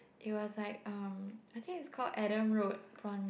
it was like um I think it's called Adam Road Prawn Mee